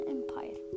Empire